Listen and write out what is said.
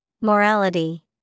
Morality